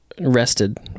rested